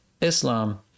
Islam